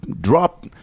drop